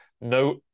No